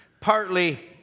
partly